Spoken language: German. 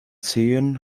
zehen